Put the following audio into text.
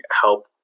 help